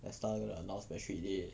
Tesla gonna announce battery day